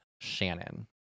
Shannon